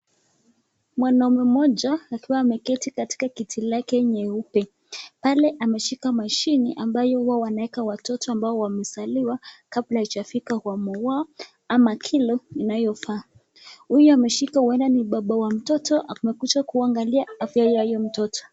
Mwanaume mmoja akiwa ameketi katika kiti lake nyeupe, pale ameshika mashini ambayo hua wanaweka watoto wamezaliwa kabla ijafika awamu wao ama kilo inayofaa. Huyo ameshika huenda ni baba wa mtoto ambaye amekuja kuangalia afya ya hio mtoto.